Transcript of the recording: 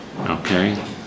Okay